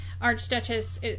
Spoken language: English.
archduchess